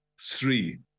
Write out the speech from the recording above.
three